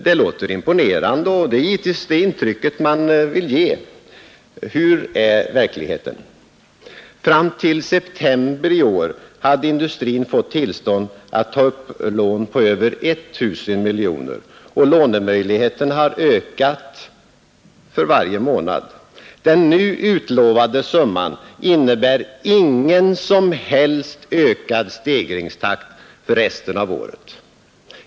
Det låter imponerande, och det är givetvis det intrycket man vill ge. Hur är verkligheten? Fram till september i år hade industrin fått tillstånd att ta upp lån på över 1 000 miljoner, och lånemöjligheterna har ökat för varje månad. Den nu utlovade summan innebär ingen som helst ökad stegringstakt för resten av året.